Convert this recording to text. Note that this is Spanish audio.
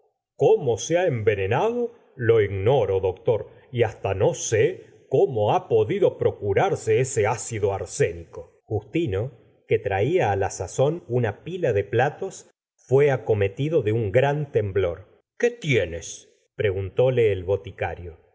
cómo se ha envenenado lo ignoro doctor y hasta no sé cómo ha podido procurarse ese ácido arsénico justino que traía á la sazón una pila de platos fué a cometido de un gran temblor qué tienes preguntóle el boticario